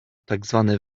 tzw